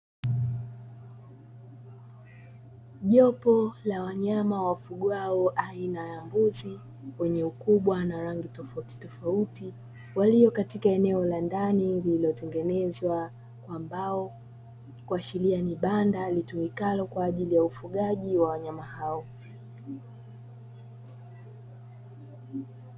Jopo la wanyama wadufwao aina ya mbuzi, wenye ukubwa na rangi tofautitofauti, walio katika eneo la ndani lililotengenezwa kwa mbao, kuashiria ni banda litumikalo kwa ajili ya ufugaji wa wanyama hao.